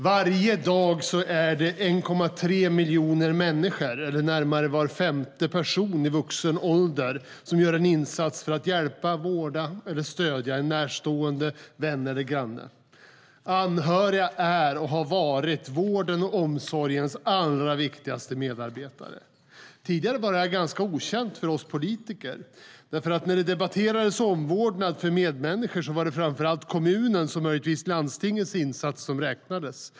Herr talman! Varje dag gör 1,3 miljoner människor, eller närmare var femte person i vuxen ålder, en insats för att hjälpa, vårda eller stödja en närstående, vän eller granne. Anhöriga är och har varit vårdens och omsorgens allra viktigaste medarbetare. Tidigare var det ganska okänt för oss politiker. När det debatterades omvårdnad för medmänniskor var det framför allt kommunens och möjligen landstingets insats som räknades.